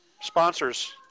sponsors